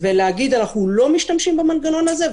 ולהגיד אנחנו לא משתמשים במנגנון הזה,